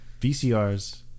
VCRs